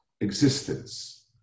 existence